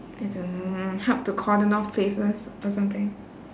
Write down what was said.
I don't know uh help to cordon off places or something